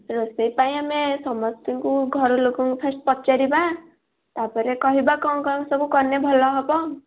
ରୋଷେଇ ପାଇଁ ଆମେ ସମସ୍ତଙ୍କୁ ଘର ଲୋକଙ୍କୁ ଫାଷ୍ଟ୍ ପଚାରିବା ତା'ପରେ କହିବା କ'ଣ କ'ଣ ସବୁ କଲେ ଭଲ ହେବ